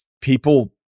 people